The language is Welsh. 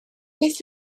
beth